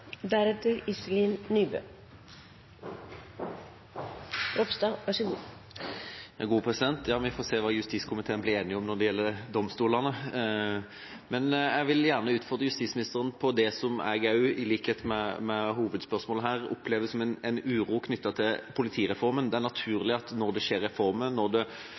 Ja, vi får se hva justiskomiteen blir enige om når det gjelder domstolene. Jeg vil gjerne utfordre justisministeren på det som jeg også – i likhet med hovedspørsmålet her – opplever som en uro knyttet til politireformen. Det er naturlig at når det skjer reformer, når det skjer endrede lokasjoner av f.eks. hovedseter eller lensmannskontorer, så skapes det